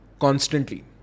constantly